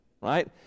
right